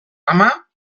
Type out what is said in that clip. ama